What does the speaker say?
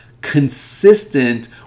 consistent